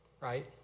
right